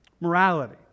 morality